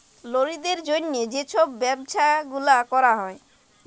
লারিদের জ্যনহে যে ছব ব্যবছা গুলা ক্যরা হ্যয়